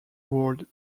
word